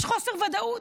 יש חוסר ודאות,